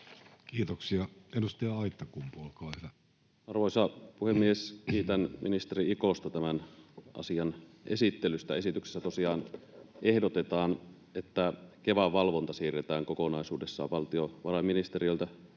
Kiitoksia. — Edustaja Aittakumpu, olkaa hyvä. Arvoisa puhemies! Kiitän ministeri Ikosta tämän asian esittelystä. Esityksessä tosiaan ehdotetaan, että Kevan valvonta siirretään kokonaisuudessaan valtiovarainministeriöltä